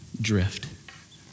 drift